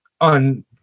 on